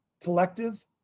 collective